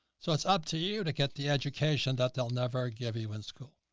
so it's up to you to get the education that they'll never give you in school.